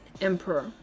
emperor